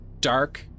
dark